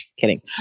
Kidding